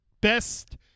Best